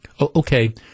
Okay